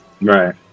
Right